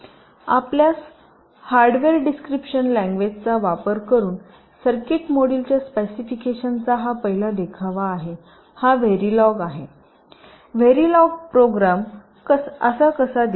आपल्यास hardware description लँग्वेजचा वापर करून सर्किट मॉड्यूलच्या स्पेसिफिकेशनचा हा पहिला देखावा आहे हा व्हॅरिलोग आहे व्हॅरिलोग प्रोग्राम कसा असा दिसेल